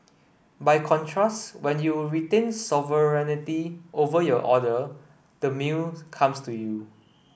by contrast when you retain sovereignty over your order the meal comes to you